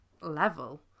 level